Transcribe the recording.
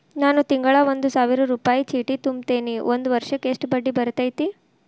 ನಾನು ತಿಂಗಳಾ ಒಂದು ಸಾವಿರ ರೂಪಾಯಿ ಚೇಟಿ ತುಂಬತೇನಿ ಒಂದ್ ವರ್ಷಕ್ ಎಷ್ಟ ಬಡ್ಡಿ ಬರತೈತಿ?